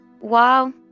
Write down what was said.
Wow